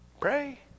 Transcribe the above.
pray